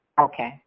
Okay